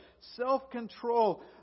self-control